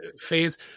phase